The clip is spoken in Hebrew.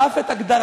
ואף את הגדרתה